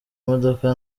modoka